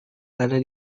ada